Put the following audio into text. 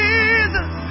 Jesus